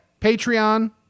Patreon